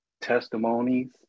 testimonies